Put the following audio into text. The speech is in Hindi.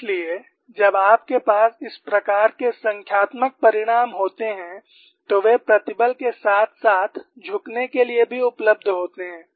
इसलिए जब आपके पास इस प्रकार के संख्यात्मक परिणाम होते हैं तो वे प्रतिबल के साथ साथ झुकने के लिए भी उपलब्ध होते हैं